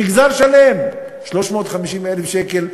מגזר שלם, 350,000 שקל.